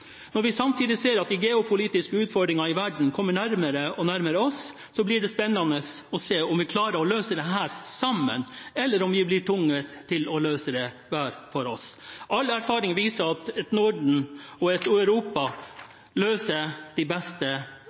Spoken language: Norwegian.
Når vi samtidig ser at de geopolitiske utfordringene i verden kommer nærmere og nærmere oss, blir det spennende å se om vi klarer å løse dette sammen, eller om vi blir tvunget til å løse det hver for oss. All erfaring viser at et Norden og et Europa løser